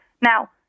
Now